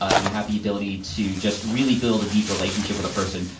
ah you have the ability to just really build a deep relationship with a person,